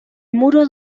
muro